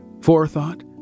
forethought